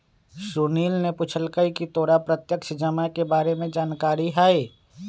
सुनील ने पूछकई की तोरा प्रत्यक्ष जमा के बारे में कोई जानकारी हई